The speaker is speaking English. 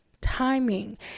timing